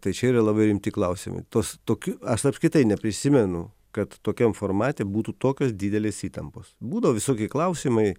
tai čia yra labai rimti klausimai tos tokių aš apskritai neprisimenu kad tokiam formate būtų tokios didelės įtampos būdavo visokie klausimai